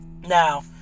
Now